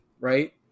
right